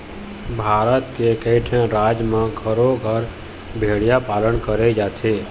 भारत के कइठन राज म घरो घर भेड़िया पालन करे जाथे